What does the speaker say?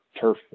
turf